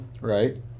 right